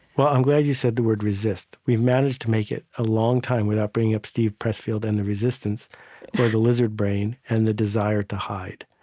but i'm glad you said the word resist. we've managed to make it a long time without bringing up steve pressfield and the resistance or the lizard brain and the desire to hide.